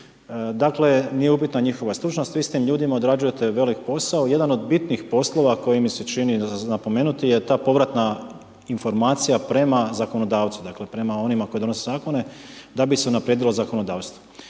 Dakle, nije upitna njihova stručnost, vi s tim ljudima odrađujete velik posao, jedan od bitnih poslova koji mi se čini za napomenuti je ta povratna informacija prema zakonodavcu, dakle, prema onima koji donose zakone, da bi se unaprijedilo zakonodavstvo.